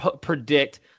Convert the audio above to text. predict